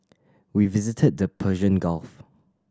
we visited the Persian Gulf